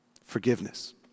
Forgiveness